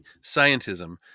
scientism